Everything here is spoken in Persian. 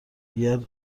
اگه